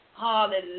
Hallelujah